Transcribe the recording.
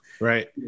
Right